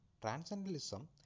Transcendentalism